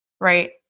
right